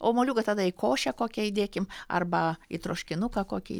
o moliūgą tada į košę kokią įdėkim arba į troškinuką kokį